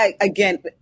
again